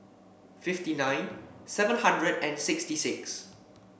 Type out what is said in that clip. fifty nine seven hundred and sixty six